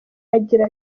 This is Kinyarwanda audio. agira